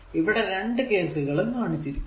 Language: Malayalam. ഇവിടെ ഈ രണ്ടു കേസുകളും കാണിച്ചിരിക്കുന്നു